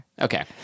Okay